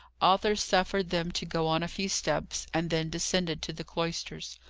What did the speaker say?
arthur suffered them to go on a few steps, and then descended to the cloisters.